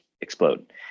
explode